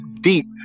deep